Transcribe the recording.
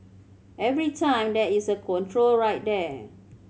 every time there is a control right there